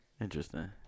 Interesting